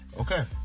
Okay